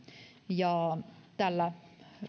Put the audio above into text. ja tällä